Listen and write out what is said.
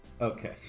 Okay